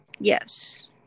yes